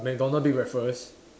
McDonald big breakfast